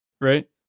right